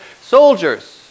soldiers